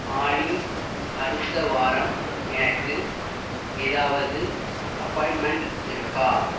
ஆலி அடுத்த வாரம் எனக்கு ஏதாவது அப்பாயின்ட்மெண்ட் இருக்கா